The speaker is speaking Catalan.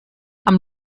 amb